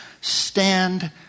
Stand